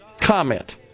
comment